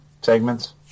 segments